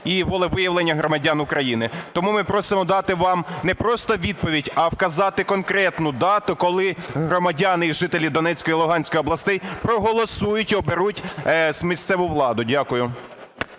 і волевиявлення громадян України. Тому ми просимо дати вам не просто відповідь, а вказати конкретну дату, коли громадяни і жителі Донецької і Луганської областей проголосують і оберуть місцеву владу. Дякую.